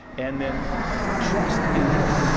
and then trust in him,